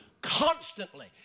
constantly